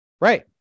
Right